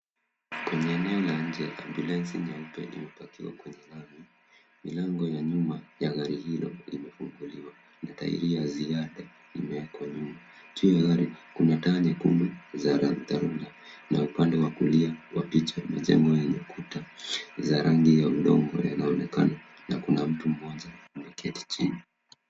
Kwenye eneo la nje ambulensi nyeupe imepakiwa kwenye lami. Milango ya nyuma ya gari hilo imefunguliwa na tairi ya ziada imewekwa nyuma. Juu ya gari kuna taa nyekundu za dharura. Na upande wa kulia wa picha majengo yenye kuta za rangi ya udongo zinaonekana. Na kuna mtu mmoja ameketi chini.